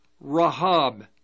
Rahab